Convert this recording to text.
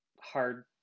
hard